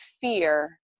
fear